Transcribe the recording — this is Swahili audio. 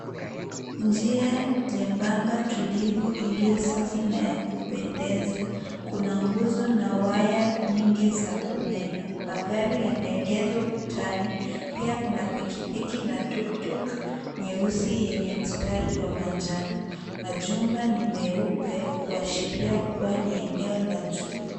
Njia nyembamba tulivu iliyo safi na ya kupendeza. Kuna nguzo na waya nyingi za umeme. Magari yameegezwa ukutani, pia kuna pikipiki na tuktuk nyeusi yenye mstari wa manjano. Majumba ni meupe kuashiria kuwa ni eneo la jua.